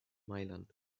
mailand